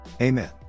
Amen